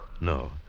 No